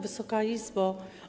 Wysoka Izbo!